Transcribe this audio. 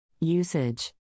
Usage